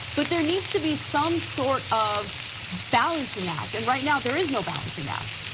but there needs to be some sort of balancing act, and right now there is no balancing act.